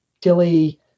Tilly